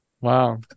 Wow